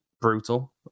brutal